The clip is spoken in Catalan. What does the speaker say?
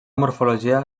morfologia